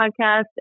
podcast